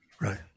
right